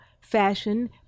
fashion